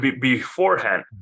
beforehand